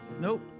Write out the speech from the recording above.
Nope